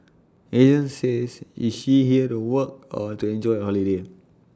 agent says is she here to work or to enjoy A holiday